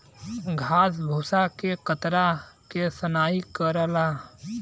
घास भूसा के कतरा के सनाई करला